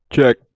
Check